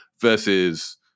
versus